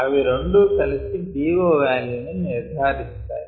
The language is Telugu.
అవి రెండు కలిసి DO వాల్యూ ని నిర్ధారిస్తాయి